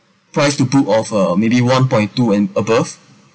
price to put off uh maybe one point two and above